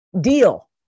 deal